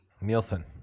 Nielsen